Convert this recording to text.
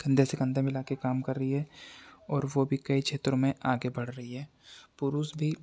कंधे से कंधा मिला कर काम कर रही है और वह भी कई क्षेत्रों में आगे बढ़ रही है पुरुष भी